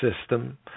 system